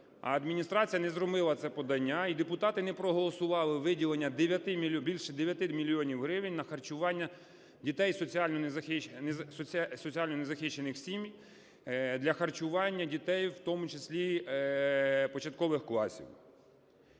адміністрація не зробила це подання, і депутати не проголосували виділення більше 9 мільйонів гривень на харчування дітей з соціально незахищених сімей для харчування дітей, в тому числі початкових класів.